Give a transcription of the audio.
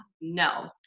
No